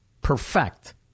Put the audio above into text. perfect